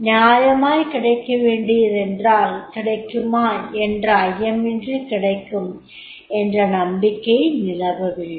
நியாயமாய் கிடைக்கவேண்டியதென்றால் கிடைக்குமா என்ற ஐயமின்றி கிடைக்கும் என்ற நம்பிக்கை நிலவ வேண்டும்